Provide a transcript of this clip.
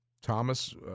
Thomas